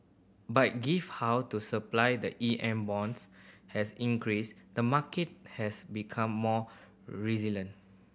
but give how to supply the E M bonds has increased the market has become more resilient